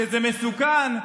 שזה מסוכן.